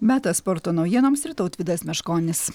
metas sporto naujienoms ir tautvydas meškonis